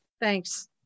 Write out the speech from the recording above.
Thanks